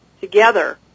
together